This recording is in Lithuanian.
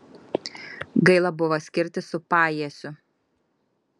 gaila buvo skirtis su pajiesiu